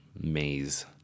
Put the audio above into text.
maze